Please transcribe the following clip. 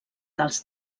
dels